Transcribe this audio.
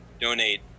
donate